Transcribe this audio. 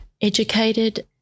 educated